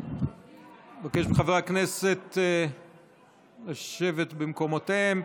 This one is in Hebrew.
אני מבקש מחברי הכנסת לשבת במקומותיהם.